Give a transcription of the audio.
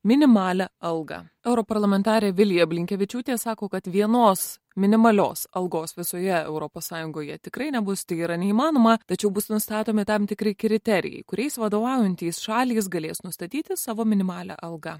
minimalią algą europarlamentarė vilija blinkevičiūtė sako kad vienos minimalios algos visoje europos sąjungoje tikrai nebus tai yra neįmanoma tačiau bus nustatomi tam tikri kriterijai kuriais vadovaujantis šalys galės nustatyti savo minimalią algą